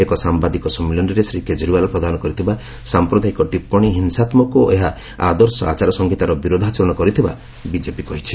ଏକ ସାମ୍ଭାଦିକ ସମ୍ମିଳନୀରେ ଶ୍ରୀ କେଜରିଓ୍ବାଲ ପ୍ରଦାନ କରିଥିବା ସାଂପ୍ରଦାୟିକ ଟିପ୍ୱଣୀ ହିଂସାତ୍କକ ଓ ଏହା ଆଦର୍ଶ ଆଚାର ସଂହିତାର ବିରୋଧାଚରଣ କରିଥିବା ବିଜେପି କହିଛି